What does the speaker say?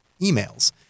emails